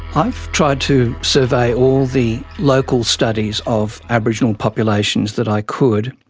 i've tried to survey all the local studies of aboriginal populations that i could,